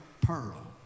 pearl